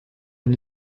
une